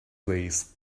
please